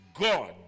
God